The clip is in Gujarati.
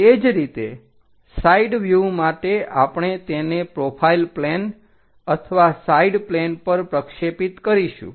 તે જ રીતે સાઈડ વ્યુહ માટે આપણે તેને પ્રોફાઈલ પ્લેન અથવા સાઈડ પ્લેન પર પ્રક્ષેપિત કરીશું